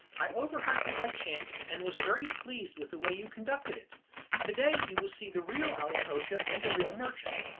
i overheard you by chance, and was very pleased with the way you conducted it. to-day you will see the real ali cogia and the real merchant.